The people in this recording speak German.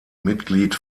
mitglied